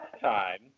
time